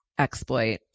Exploit